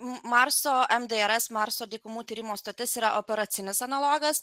marso marso dykumų tyrimo stotis yra operacinis analogas